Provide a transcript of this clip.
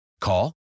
Call